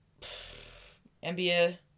NBA